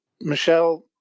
Michelle